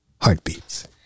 heartbeats